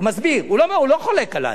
הוא מסביר, הוא לא חולק עלי.